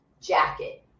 jacket